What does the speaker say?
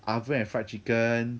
oven and fried chicken